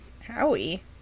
Howie